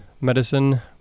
Medicine